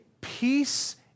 peace